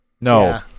No